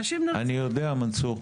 אני יודע מנסור.